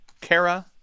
Kara